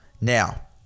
Now